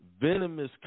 venomous